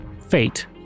fate